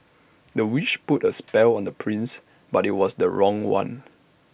the witch put A spell on the prince but IT was the wrong one